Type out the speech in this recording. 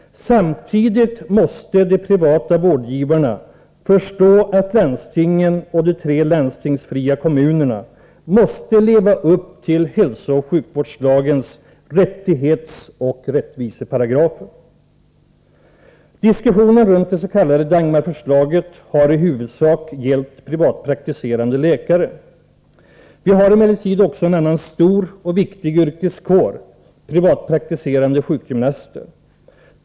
Samtidigt måste de privata vårdgivarna förstå att landstingen och de tre landstingsfria kommunerna måste leva upp till hälsooch sjukvårdslagens rättighetsoch rättviseparagrafer. Diskussionen runt det s.k. Dagmarförslaget har i huvudsak gällt privatpraktiserande läkare. Vi har emellertid också en annan stor och viktig yrkeskår — privatpraktiserande sjukgymnaster.